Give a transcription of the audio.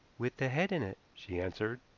with the head in it, she answered.